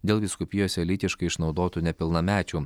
dėl vyskupijose lytiškai išnaudotų nepilnamečių